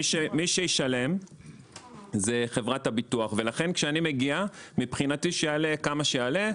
מי שישלם זה חברת הביטוח ולכן כשאני מגיע מבחינתי שיעלה כמה שיעלה,